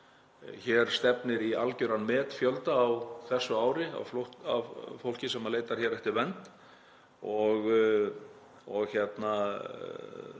Hér stefnir í algjöran metfjölda á þessu ári af fólki sem leitar hér eftir vernd og það